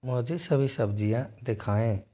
मुझे सभी सब्ज़ियाँ दिखाएँ